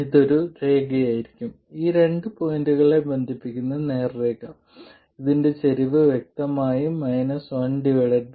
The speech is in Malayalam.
ഇത് ഒരു രേഖ ആയിരിക്കും ഈ രണ്ട് പോയിന്റുകളെ ബന്ധിപ്പിക്കുന്ന നേർരേഖ ഇതിന്റെ ചരിവ് വ്യക്തമായും 1 R ആണ്